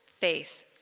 faith